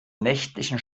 nächtlichen